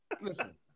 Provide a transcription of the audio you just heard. listen